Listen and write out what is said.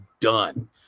done